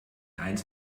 eines